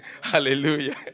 Hallelujah